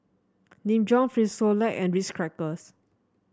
Nin Jiom Frisolac and Ritz Crackers